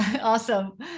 Awesome